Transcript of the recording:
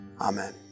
Amen